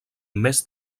més